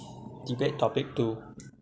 debate topic two